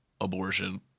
abortion